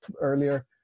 earlier